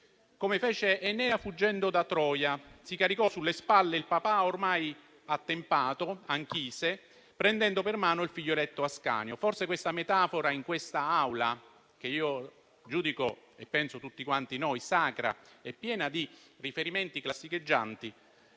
come fece Enea che, fuggendo da Troia, si caricò sulle spalle il papà ormai attempato, Anchise, prendendo per mano il figlioletto Ascanio. Forse questa metafora in quest'Aula, che giudico - come penso tutti noi - sacra e piena di riferimenti classicheggianti,